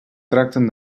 tracten